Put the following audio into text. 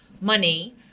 money